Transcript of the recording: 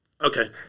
Okay